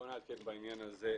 אני אעדכן בעניין הזה.